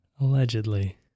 Allegedly